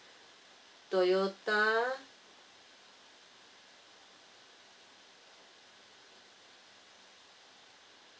Toyota